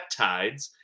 peptides